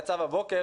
שיצאה בבוקר,